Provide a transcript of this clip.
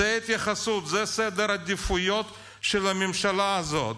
זו ההתייחסות, זה סדר העדיפויות של הממשלה הזו.